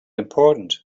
important